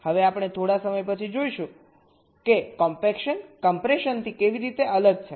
હવે આપણે થોડા સમય પછી જોઈશું કે કોમ્પેક્શન કમ્પ્રેશનથી કેવી રીતે અલગ છે